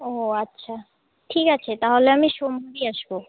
ও আচ্ছা ঠিক আছে তাহলে আমি সোমবারই আসবো